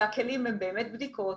הכלים הם באמת בדיקות,